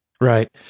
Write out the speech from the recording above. Right